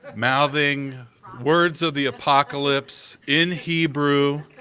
mouthing words of the apocalypse in hebrew.